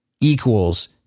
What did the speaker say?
equals